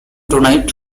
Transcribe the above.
tonight